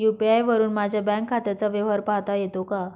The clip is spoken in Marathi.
यू.पी.आय वरुन माझ्या बँक खात्याचा व्यवहार पाहता येतो का?